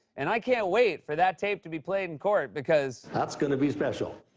and i can't wait for that tape to be played in court because. that's gonna be special.